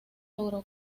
logró